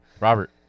Robert